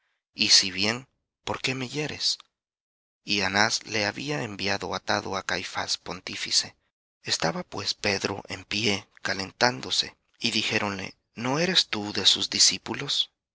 y si bien por qué me hieres y anás le había enviado atado á caifás pontífice estaba pues pedro en pie calentándose y dijéronle no eres tú de sus discípulos